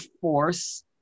force